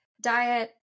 diet